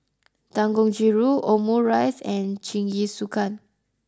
Dangojiru Omurice and Jingisukan